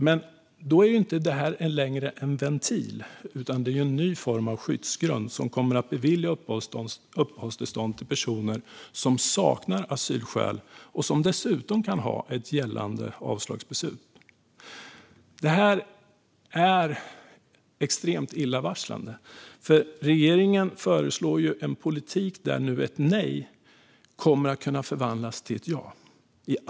Men då är ju detta inte längre en ventil utan en ny form av skyddsgrund som kommer att ge uppehållstillstånd till personer som saknar asylskäl och som dessutom kan ha ett gällande avslagsbeslut. Det här är extremt illavarslande. Regeringen föreslår nu en politik där ett nej i allt större utsträckning kommer att kunna förvandlas till ett ja.